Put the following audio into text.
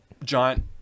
giant